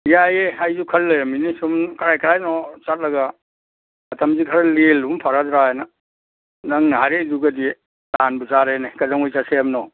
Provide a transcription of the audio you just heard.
ꯌꯥꯏꯌꯦ ꯑꯩꯁꯨ ꯈꯜ ꯂꯩꯔꯝꯃꯤꯅꯤ ꯁꯨꯝ ꯀꯔꯥꯏ ꯀꯔꯥꯏꯅꯣ ꯆꯠꯂꯒ ꯃꯇꯝꯁꯤ ꯈꯔ ꯂꯦꯜꯂꯨ ꯐꯔꯗ꯭ꯔꯥꯅ ꯅꯪꯅ ꯍꯥꯏꯔꯛꯏꯗꯨꯒꯗꯤ ꯇꯥꯟꯕꯨ ꯆꯥꯔꯦꯅꯦ ꯀꯩꯗꯧꯉꯩ ꯆꯠꯁꯦ ꯍꯥꯏꯕꯅꯣ